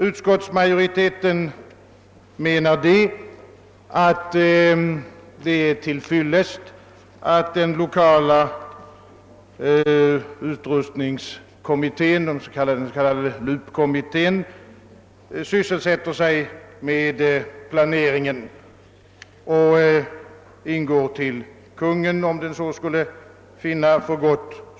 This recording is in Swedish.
Utskottsmajoriteten menar att det är till fyllest att lokaloch utrustningsprogramkommittén — den s.k. LUP kommittén — sysselsätter sig med planeringen och så småningom vänder sig till Kungl. Maj:t, om den så skulle finna för gott.